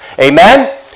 amen